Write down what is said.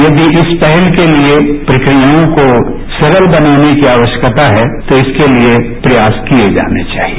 यदि इस पहल के लिए प्रक्रियाओं को सरल बनाने के आवश्यकता है तो इसके लिए प्रयास किये जाने चाहिए